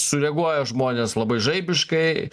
sureaguoja žmonės labai žaibiškai